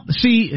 see